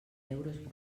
euros